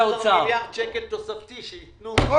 מיליארד שקל תוספתי, שיתנו.